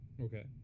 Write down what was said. okay